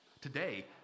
Today